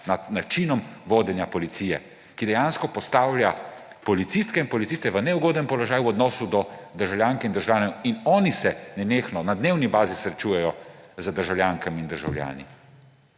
nad načinom vodenja policije, ki dejansko postavlja policistke in policiste v neugoden položaj v odnosu do državljank in državljanov. In oni se nenehno, na dnevni bazi srečujejo z državljankami in državljani.